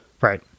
Right